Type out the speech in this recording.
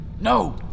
No